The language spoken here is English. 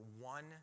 one